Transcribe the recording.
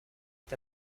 est